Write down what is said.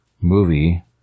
movie